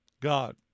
God